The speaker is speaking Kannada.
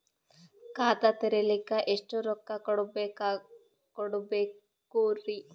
ಖಾತಾ ತೆರಿಲಿಕ ಎಷ್ಟು ರೊಕ್ಕಕೊಡ್ಬೇಕುರೀ?